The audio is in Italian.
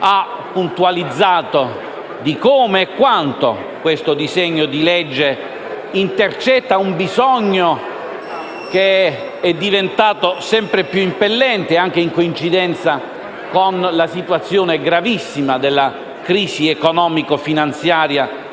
ha puntualizzato come e quanto questo disegno di legge intercetti un bisogno diventato sempre più impellente, anche in coincidenza con la situazione gravissima della crisi economico-finanziaria